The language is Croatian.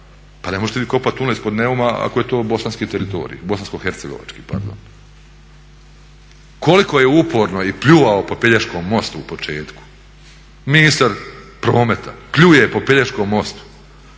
Pa ne možete vi kopati tunel ispod Neuma ako je to bosansko-hercegovački teritorij. Koliko je uporno i pljuvao po Pelješkom mostu u početku ministar prometa, pljuje po Pelješkom mostu,